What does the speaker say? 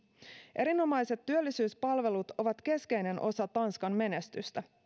erinomaiset työllisyyspalvelut ovat keskeinen osa tanskan menestystä